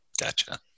Gotcha